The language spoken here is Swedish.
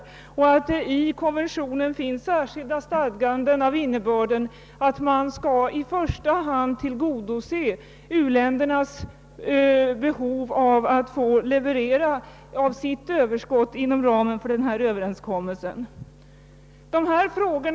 Konventionen innehåller också särskilda stadganden av innebörden, att u-ländernas behov av att få leverera av sitt överskott inom ramen för överenskommelsen i första hand skall tillgodoses.